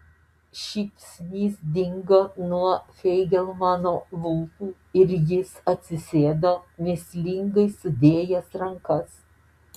šypsnys dingo nuo feigelmano lūpų ir jis atsisėdo mįslingai sudėjęs rankas